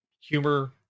humor